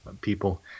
people